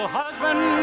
husband